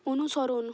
অনুসরণ